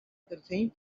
continue